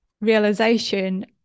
realization